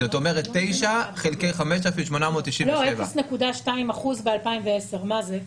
זאת אומרת, 9 חלקי 5,897. 0.2% ב-2010 מה זה?